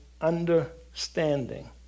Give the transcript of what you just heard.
understanding